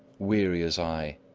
weary as i,